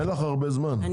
אין לך הרבה זמן,